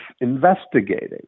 investigating